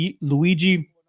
Luigi